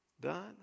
done